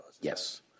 Yes